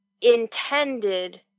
intended